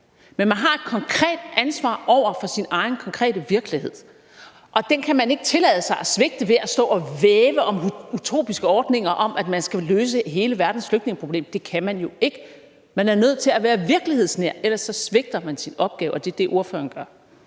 Men man har et konkret ansvar over for sin egen konkrete virkelighed, og den kan man ikke tillade sig at svigte ved at stå og væve om utopiske ordninger om, at man skal løse hele verdens flygtningeproblemer. Det kan man jo ikke. Man er nødt til at være virkelighedsnær, ellers svigter man sin opgave. Og det er det, ordføreren gør.